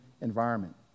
environment